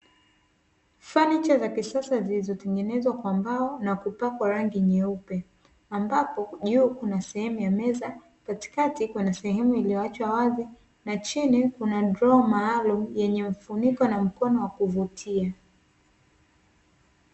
Fanicha za kisasa zilizotengenezwa kwa mbao na kupakwa rangi nyeupe, ambapo juu kuna sehemu ya meza katikati ipo na sehemu iliyoachwa wazi, na chini kuna droo maalumu yenye mfuniko na mkono wa kuvutia.